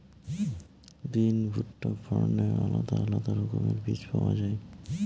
বিন, ভুট্টা, ফার্নের আলাদা আলাদা রকমের বীজ পাওয়া যায়